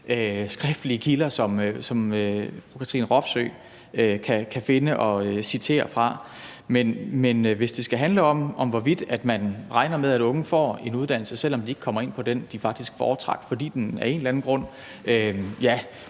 skriftlige kilder, som fru Katrine Robsøe kan finde og citere fra. Men hvis det skal handle om, hvorvidt man regner med, at unge får en uddannelse, selv om de ikke kommer ind på den, de faktisk foretrak, fordi den af en eller anden grund